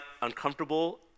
uncomfortable